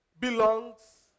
belongs